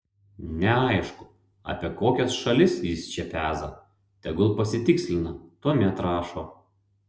neaišku apie kokias šalis jis čia peza tegul pasitikslina tuomet rašo